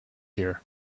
here